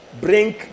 bring